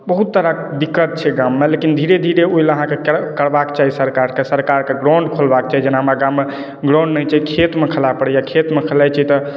बहुत तरहके दिक्कत छै गाममे लेकिन धीरे धीरे ओहिलेल अहाँके करबाक चाही सरकारके सरकारके ग्राउण्ड खोलबाक चाही जेना हमरा गाममे ग्राउण्ड नहि छै खेतमे खेलाए पड़ैए खेतमे खेलाइत छियै तऽ